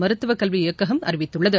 மருத்துவக் கல்வி இயக்ககம் அறிவித்துள்ளது